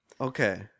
Okay